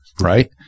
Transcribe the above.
right